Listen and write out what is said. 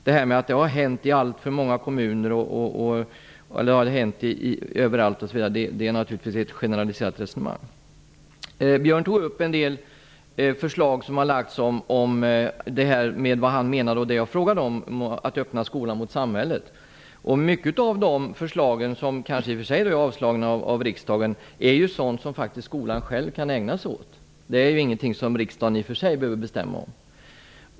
Detta med att det har hänt i alltför många kommuner och överallt är naturligtvis ett generaliserat resonemang. Björn Samuelson tog upp en del förslag som har lagts fram om att öppna skolan mot samhället. Många av de förslagen är ju sådant som skolan själv faktiskt kan ägna sig åt även om riksdagen har avslagit dem. Det är ingenting som riksdagen behöver bestämma om.